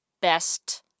best